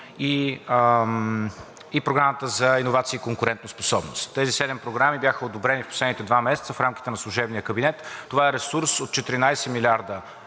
и Програмата за иновации и конкурентоспособност. Тези седем програми бяха одобрени в последните два месеца в рамките на служебния кабинет. Това е ресурс от 14 млрд.